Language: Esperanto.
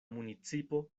municipo